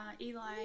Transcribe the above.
eli